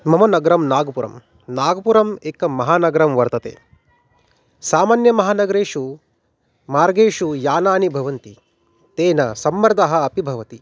मम नगरं नागपुरं नागपुरम् एकं महानगरं वर्तते सामान्यमहानगरेषु मार्गेषु यानानि भवन्ति तेन सम्मर्दः अपि भवति